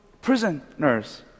prisoners